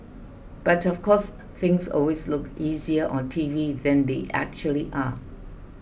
but of course things always look easier on T V than they actually are